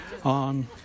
on